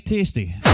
Tasty